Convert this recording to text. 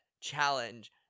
challenge